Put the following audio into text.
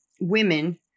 women